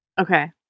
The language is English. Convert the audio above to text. Okay